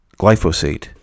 glyphosate